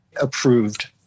approved